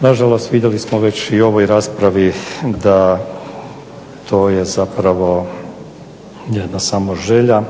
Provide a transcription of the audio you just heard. Nažalost vidjeli smo već i u ovoj raspravi da je to zapravo jedna samo želja